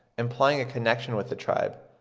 implying a connection with the tribe,